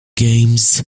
games